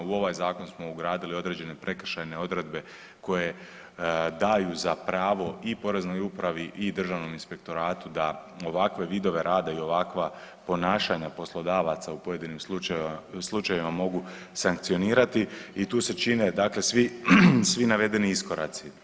U ovaj Zakon smo ugradili određene prekršajne odredbe koje daju za pravo i Poreznoj upravi i Državnom inspektoratu da ovakve vidove rada i ovakva ponašanja poslodavaca u pojedinim slučajevima mogu sankcionirati i tu se čine, dakle, svi navedeni iskoraci.